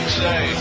say